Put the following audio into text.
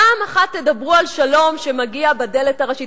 פעם אחת תדברו על שלום שמגיע בדלת הראשית.